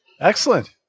Excellent